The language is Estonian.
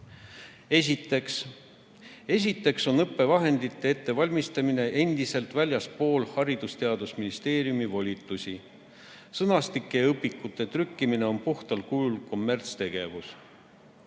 teha. Esiteks on õppevahendite ettevalmistamine endiselt väljaspool Haridus- ja Teadusministeeriumi volitusi. Sõnastike ja õpikute trükkimine on puhtal kujul kommertstegevus.